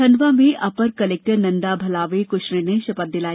खंडवा में upper collector Nanda Bhalave Kushre ने शपथ दिलाई